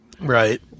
Right